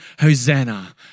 Hosanna